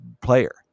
player